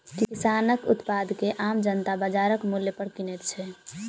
किसानक उत्पाद के आम जनता बाजारक मूल्य पर किनैत छै